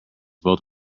both